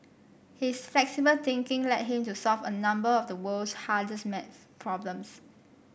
his flexible thinking led him to solve a number of the world's hardest maths problems